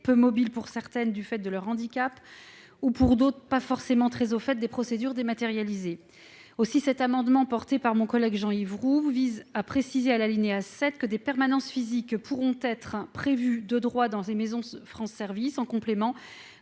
peu mobiles pour certaines du fait de leur handicap et pas très au fait des procédures dématérialisées pour d'autres. Aussi, cet amendement, déposé par mon collègue Jean-Yves Roux, vise à préciser à l'alinéa 7 que des permanences physiques pourront être prévues de droit dans les maisons France Services, en complément